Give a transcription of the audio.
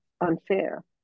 unfair